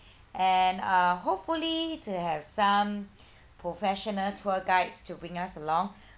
and uh hopefully to have some professional tour guides to bring us along